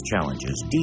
challenges